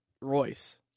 Royce